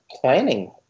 planning